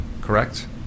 correct